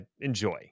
enjoy